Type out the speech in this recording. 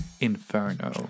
Inferno